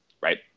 right